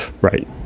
Right